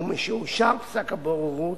ומשאושר פסק הבוררות,